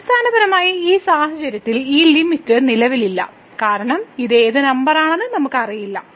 അടിസ്ഥാനപരമായി ഈ സാഹചര്യത്തിൽ ഈ ലിമിറ്റ് നിലവിലില്ല കാരണം ഇത് ഏത് നമ്പറാണെന്ന് നമ്മൾക്ക് അറിയില്ല